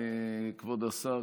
כבוד השר,